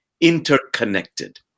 interconnected